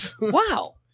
Wow